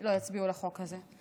ולא יצביעו לחוק הזה.